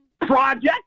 Project